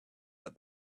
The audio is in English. that